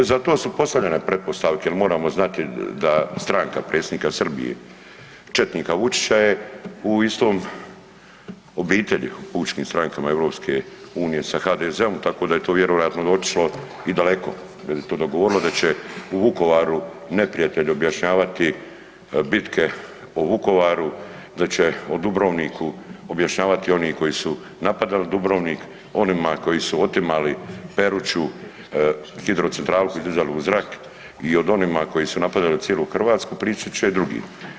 Pa zato su postavljene pretpostavke jer moramo znati da stranka predsjednika Srbije, četnika Vučića je u istom obitelji, pučkim strankama EU sa HDZ-om tako da je to vjerojatno otišlo i daleko jer je to dogovorilo da će u Vukovaru neprijatelj objašnjavati bitke o Vukovaru, da će o Dubrovniku objašnjavati oni koji su napadali Dubrovnik, onima koji su otimali Peruču, hidrocentralu koju su dizali u zrak i od onima koji su napadali cijelu Hrvatsku, pričat će drugi.